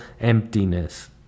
emptiness